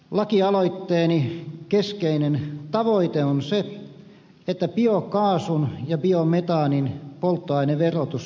lakialoitteeni keskeinen tavoite on se että biokaasun ja biometaanin polttoaineverotus saataisiin pois